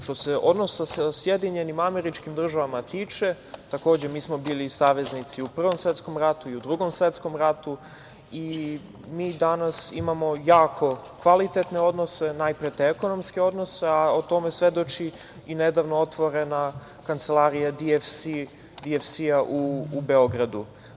Što se odnosa sa SAD državama tiče, takođe mi smo bili saveznici u Prvom svetskom ratu i u Drugom svetskom ratu i mi danas imamo jako kvalitetne odnose, najpre te ekonomske odnose, a o tome svedoči i nedavno otvorena Kancelarija DVC u Beogradu.